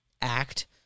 Act